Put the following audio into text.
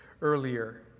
earlier